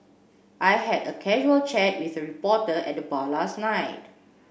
I had a casual chat with a reporter at the bar last night